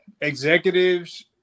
executives